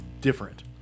different